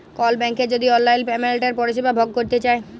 call ব্যাংকের যদি অললাইল পেমেলটের পরিষেবা ভগ ক্যরতে চায়